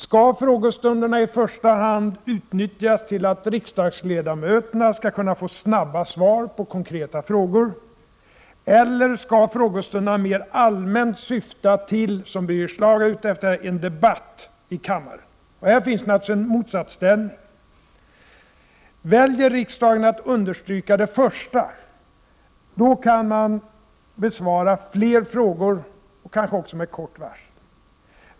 Skall frågestunderna i första hand utnyttjas till att riksdagsledamöterna skall kunna få snabba svar på konkreta frågor, eller skall de, som Birger Schlaug är ute efter, mer allmänt syfta till en debatt i kammaren? Här finns en motsatsställning. Väljer riksdagen att understryka det förstnämnda kan man besvara fler frågor, kanske också med kort varsel.